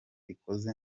ikoze